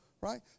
right